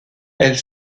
elle